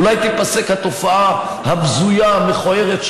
אולי תיפסק התופעה הבזויה המכוערת,